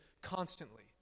constantly